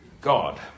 God